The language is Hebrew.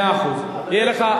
אומרים שאני מורד?